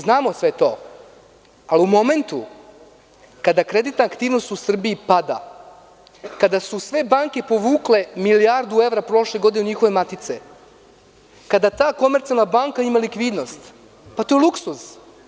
Znamo sve to, ali u momentu kada kreditna aktivnost u Srbiji pada, kada su sve banke povukle milijardu evra prošle godine u njihove matice, kada ta Komercijalna banka ima likvidnost, to je luksuz.